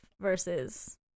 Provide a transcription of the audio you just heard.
versus